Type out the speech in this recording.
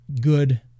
good